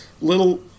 little